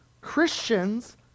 Christians